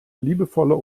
liebevoller